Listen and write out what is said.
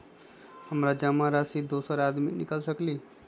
हमरा जमा राशि दोसर आदमी निकाल सकील?